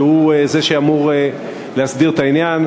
שהוא זה שאמור להסדיר את העניין.